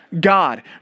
God